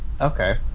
Okay